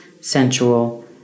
sensual